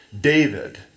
David